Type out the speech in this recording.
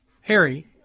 Harry